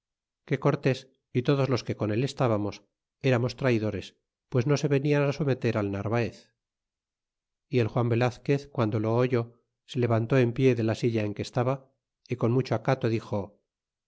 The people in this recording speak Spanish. que cortés y todos los que con él estábamos eramos traydores pues no se venian someter al narvaez y el juan velazquez guando lo oyó se levantó en pie de la silla en que estaba y con mucho acato dixo